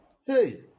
Hey